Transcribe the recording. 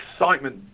excitement